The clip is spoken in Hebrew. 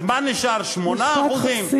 אז מה נשאר, 8%?